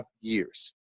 years